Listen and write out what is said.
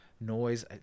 noise